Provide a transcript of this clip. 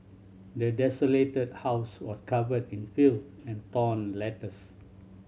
the desolated house was covered in filth and torn letters